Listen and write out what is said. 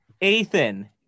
Ethan